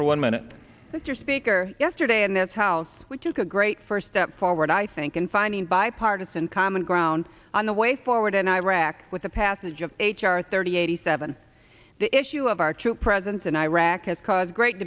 for one minute mr speaker yesterday in this house which is a great first step forward i think in finding bipartisan common ground on the way forward in iraq with the passage of h r thirty eighty seven the issue of our troop presence in iraq has caused great